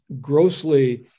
grossly